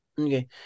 okay